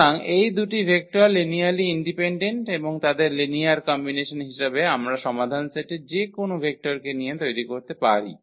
সুতরাং এই দুটি ভেক্টর লিনিয়ারলি ইন্ডিপেন্ডেন্ট এবং তাদের লিনিয়ার কম্বিনেশন হিসাবে আমরা সমাধান সেটের যে কোনও ভেক্টরকে নিয়ে তৈরি করতে পারি